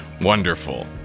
wonderful